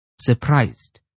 surprised